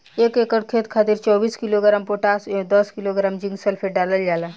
एक एकड़ खेत खातिर चौबीस किलोग्राम पोटाश व दस किलोग्राम जिंक सल्फेट डालल जाला?